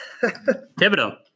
Thibodeau